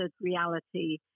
reality